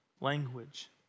language